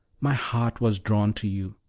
my heart was drawn to you,